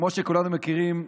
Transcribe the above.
כמו שכולנו מכירים,